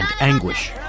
anguish